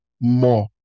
more